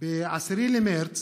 ב-10 במרץ